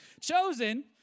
Chosen